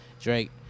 Drake